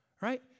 Right